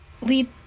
lead